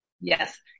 Yes